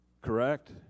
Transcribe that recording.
Correct